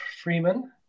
Freeman